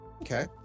Okay